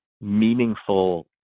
meaningful